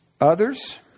Others